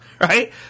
right